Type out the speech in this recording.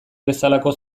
bezalako